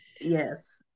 yes